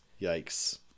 Yikes